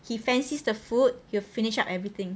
he fancies the food he would finished up everything